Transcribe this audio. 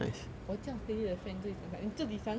我这样 steady 的 friend 注意想你自己想想